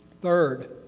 Third